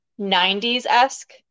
90s-esque